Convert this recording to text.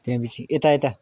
त्यहाँदेखि यता यता